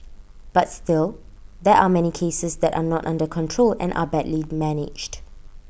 but still there are many cases that are not under control and are badly managed